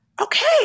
Okay